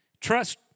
trust